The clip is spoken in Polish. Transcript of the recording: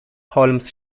holmes